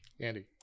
Andy